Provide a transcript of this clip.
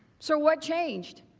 so what changed?